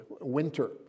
winter